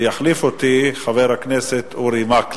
ויחליף אותי חבר הכנסת אורי מקלב.